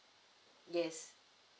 yes